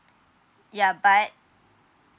ya but